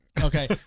Okay